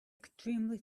extremely